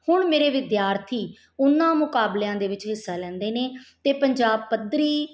ਹੁਣ ਮੇਰੇ ਵਿਦਿਆਰਥੀ ਉਨ੍ਹਾਂ ਮੁਕਾਬਲਿਆਂ ਦੇ ਵਿੱਚ ਹਿੱਸਾ ਲੈਂਦੇ ਨੇ ਅਤੇ ਪੰਜਾਬ ਪੱਧਰੀ